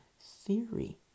theory